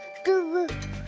gunhoo?